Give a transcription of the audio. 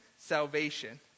salvation